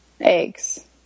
eggs